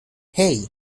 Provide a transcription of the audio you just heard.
hey